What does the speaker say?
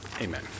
amen